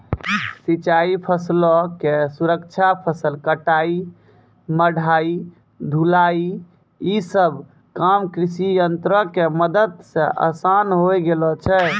सिंचाई, फसलो के सुरक्षा, फसल कटाई, मढ़ाई, ढुलाई इ सभ काम कृषियंत्रो के मदत से असान होय गेलो छै